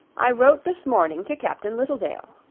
i wrote this morning to captain littledale,